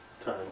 time